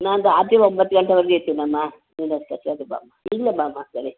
ನಂದು ಆಚೆ ಒಂಬತ್ತು ಗಂಟೆ ಹೋಗಿರ್ತೀನಮ್ಮ ಒಂದು ಹತ್ತು ಹತ್ತು ಗಂಟೆಗೆ ಬಾ ಈಗಲೇ ಬಾಮ್ಮ ಸರಿ